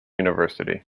university